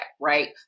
Right